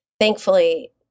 Thankfully